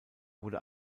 wurde